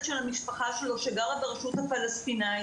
של המשפחה שלו שגרה ברשות הפלסטינאית.